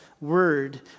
word